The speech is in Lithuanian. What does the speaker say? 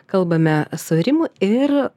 kalbame su rimu ir